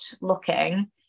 looking